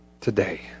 today